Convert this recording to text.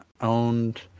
owned